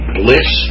bliss